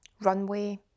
runway